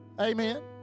Amen